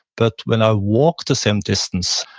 but when i walk the same distance,